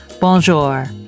Bonjour